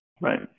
Right